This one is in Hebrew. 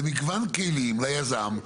זה מגוון כלים ליזם,